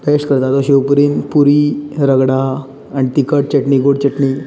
best करतां तो शेव पूरी पूरी रगडा आनी तिखट चटणी गोड चटणी